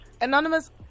Anonymous